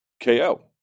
KO